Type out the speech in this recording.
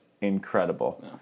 incredible